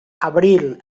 abril